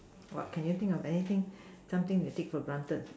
what can you think of anything something you take for granted